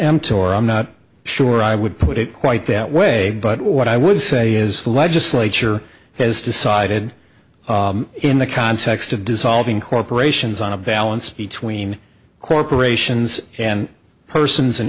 mtu or i'm not sure i would put it quite that way but what i would say is the legislature has decided in the context of dissolving corporations on a balance between corporations and persons and